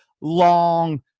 long